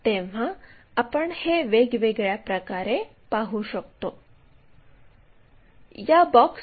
हे येथून व्ह्यूज काढण्यासाठी फिरवावे